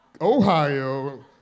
Ohio